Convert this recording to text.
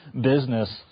business